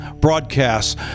broadcasts